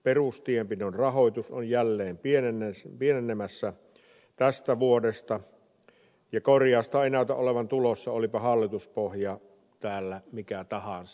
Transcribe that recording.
perustienpidon rahoitus on jälleen pienenemässä tästä vuodesta ja korjausta ei näytä olevan tulossa olipa hallituspohja täällä mikä tahansa